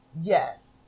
yes